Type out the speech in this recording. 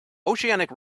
oceanic